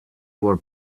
were